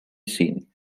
seen